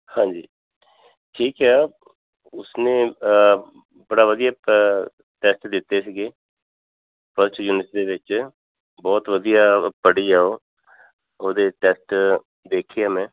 ਹਾਂਜੀ ਠੀਕ ਆ ਉਸ ਨੇ ਬੜਾ ਵਧੀਆ ਪ ਟੈਸਟ ਦਿੱਤੇ ਸੀਗੇ ਫਸਟ ਯੂਨੀਵਰਸਿਟੀ ਦੇ ਵਿੱਚ ਬਹੁਤ ਵਧੀਆ ਪੜ੍ਹੀ ਆ ਉਹ ਉਹਦੇ ਟੈਸਟ ਦੇਖੇ ਆ ਮੈਂ